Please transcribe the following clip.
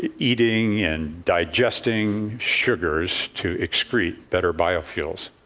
eating and digesting sugars to excrete better biofuels.